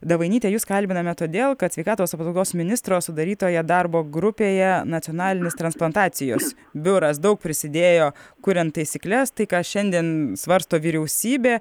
davainyte jus kalbiname todėl kad sveikatos apsaugos ministro sudarytoje darbo grupėje nacionalinis transplantacijos biuras daug prisidėjo kuriant taisykles tai ką šiandien svarsto vyriausybė